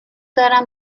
دارم